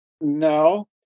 No